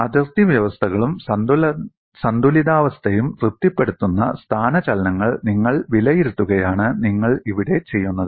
അതിർത്തി വ്യവസ്ഥകളും സന്തുലിതാവസ്ഥയും തൃപ്തിപ്പെടുത്തുന്ന സ്ഥാനചലനങ്ങൾ നിങ്ങൾ വിലയിരുത്തുകയാണ് നിങ്ങൾ ഇവിടെ ചെയ്യുന്നത്